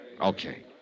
Okay